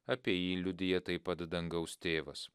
apie jį liudija taip pat dangaus tėvas